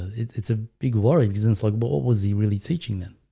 it's a big worry cousins. like what what was he really teaching them?